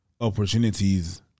opportunities